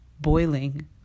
boiling